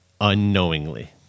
unknowingly